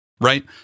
right